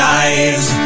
eyes